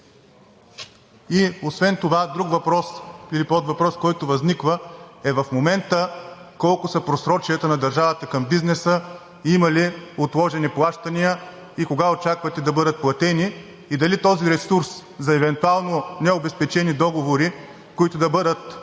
бюджета. И друг въпрос или подвъпрос, който възниква: в момента колко са просрочията на държавата към бизнеса – има ли отложени плащания и кога очаквате да бъдат платени, и дали този ресурс за евентуално необезпечени договори, които да бъдат изплатени